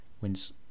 wins